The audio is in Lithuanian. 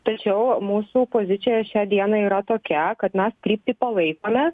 tačiau mūsų pozicija šią dieną yra tokia kad mes kryptį palaikome